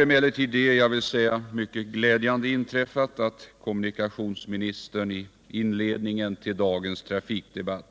Emellertid har det mycket glädjande inträffat att kommunikationsministern i inledningen till dagens trafikdebatt